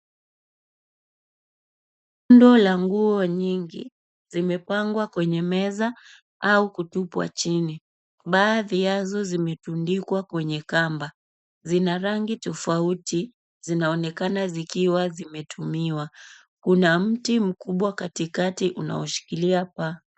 Bando la nguo nyingi, zimepangwa kwenye meza, au kutupwa chini. Baadhi yazo zimetundikwa kwenye kamba. Zina rangi tofauti. Zinaonekana zikiwa zimetumiwa. Kuna mti mkubwa katikati unaoshikilia paa.